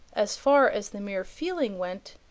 as far as the mere feeling went,